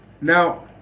Now